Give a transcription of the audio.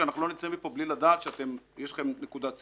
חשוב שלא נצא מכאן מבלי לדעת שיש לכם נקודת סיום.